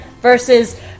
versus